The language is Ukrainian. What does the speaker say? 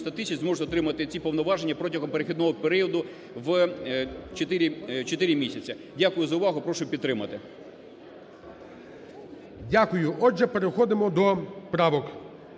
90 тисяч зможуть отримати ці повноваження протягом перехідного періоду в чотири місяця. Дякую за увагу. Прошу підтримати. ГОЛОВУЮЧИЙ. Дякую. Отже, переходимо до правок.